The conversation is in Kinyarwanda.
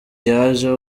yaje